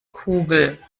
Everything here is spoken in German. kugel